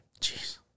Jeez